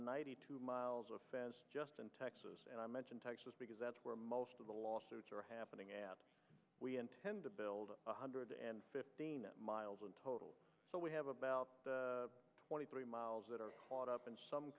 ninety two miles of just in texas and i mention texas because that's where most of the lawsuits are happening at we intend to build one hundred and fifteen miles of total so we have about twenty three miles that are caught up in some